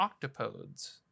Octopodes